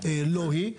לא היא,